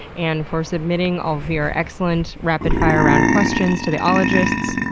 and for submitting all of your excellent rapid-fire round questions to the ologists.